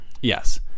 Yes